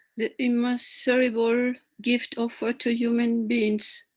the immeasurable gift offered to human beings.